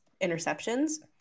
interceptions